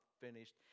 finished